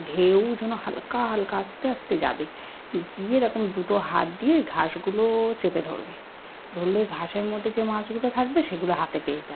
ঢেউ যেন হালকা হালকা আস্তে আস্তে যাবে গিয়ে এরকম দুটো হাত দিয়ে ওই ঘাসগুলো চেপে ধরবে ধরলে ওই ঘাসের মধ্যে যে মাছগুলো থাকবে সেগুলো হাতে পেয়ে যাবে